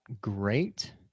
great